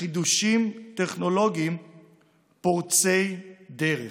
חידושים טכנולוגיים פורצי דרך.